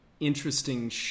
interesting